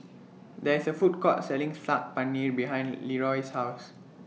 There IS A Food Court Selling Saag Paneer behind Leeroy's House